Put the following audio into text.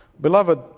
Beloved